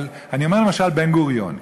אבל למשל בן-גוריון,